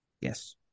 Yes